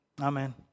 amen